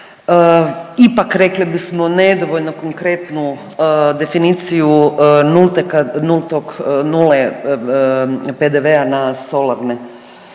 ipak rekli bismo nedovoljno konkretnu definiciju nula PDV-a na solarne